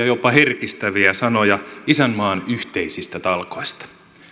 jopa herkistäviä sanoja isänmaan yhteisistä talkoista